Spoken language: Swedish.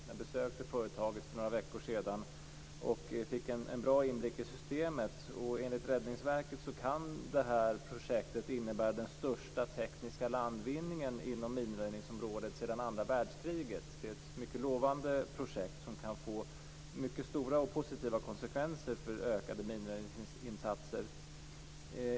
Jag besökte företaget för några veckor sedan och fick en bra inblick i systemet. Enligt Räddningsverket kan det här projektet innebära den största tekniska landvinningen inom minröjningsområdet sedan andra världskriget. Det är ett mycket lovade projekt som kan få mycket stora och positiva konsekvenser och leda till ökade minröjningsinsatser.